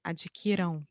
Adquiram